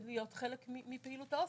להיות חלק מההוסטל,